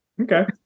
Okay